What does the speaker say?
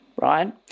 right